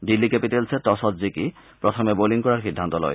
দিল্লী কেপিটেলছে টছত জিকি প্ৰথমে বলিং কৰাৰ সিদ্ধান্ত লয়